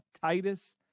Titus